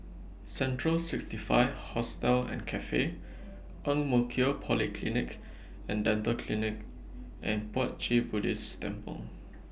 Central sixty five Hostel and Cafe Ang Mo Kio Polyclinic and Dental Clinic and Puat Jit Buddhist Temple